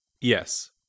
Yes